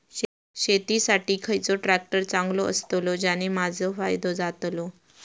शेती साठी खयचो ट्रॅक्टर चांगलो अस्तलो ज्याने माजो फायदो जातलो?